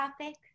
topic